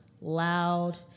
loud